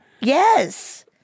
yes